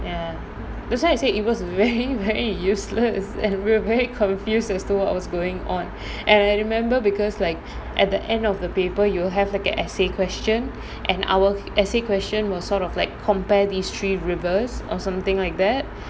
ya that's why I say it was very very useless and we were very confused as to what was going on and I remember because like at the end of the paper you will have like an essay question an hour essay question we sort of like compare these three rivers or something like that